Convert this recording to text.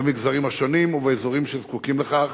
במגזרים השונים ובאזורים שזקוקים לכך: